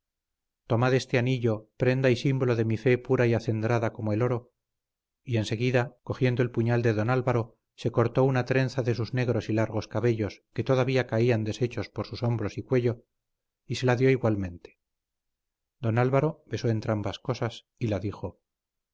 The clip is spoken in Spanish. diciéndole tomad ese anillo prenda y símbolo de mi fe pura y acendrada como el oro y enseguida cogiendo el puñal de don álvaro se cortó una trenza de sus negros y largos cabellos que todavía caían desechos por sus hombros y cuello y se la dio igualmente don álvaro besó entrambas cosas y la dijo